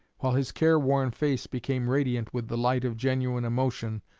while his careworn face became radiant with the light of genuine emotion,